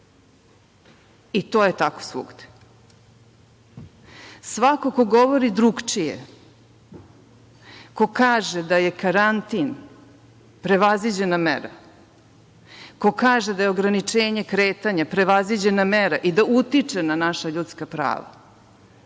i to je tako svugde. Svako ko govori drugačije, ko kaže da je karantin prevaziđena mera, ko kaže da je ograničenje kretanja prevaziđena mera i da utiče na naša ljudska prava,